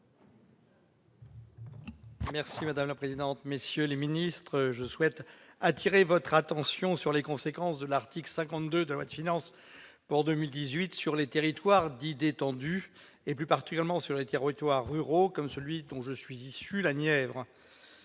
Monsieur le ministre, monsieur le secrétaire d'État, je souhaite attirer votre attention sur les conséquences de l'article 52 de la loi de finances pour 2018 sur les territoires dits détendus, et plus particulièrement sur les territoires ruraux comme celui dont je suis issu, la Nièvre.